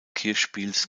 kirchspiels